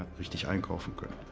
there's tea giant coffee good.